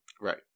Right